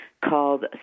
called